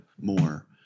more